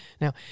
Now